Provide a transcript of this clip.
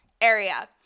area